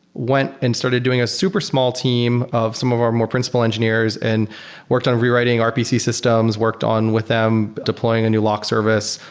went and started doing a super small team of some of our more principal engineers and worked on rewriting rpc systems. worked on with them deploying a new lock service,